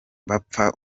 bapfa